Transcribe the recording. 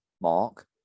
Mark